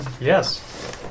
Yes